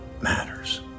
matters